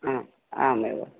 आ आम् एव